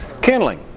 kindling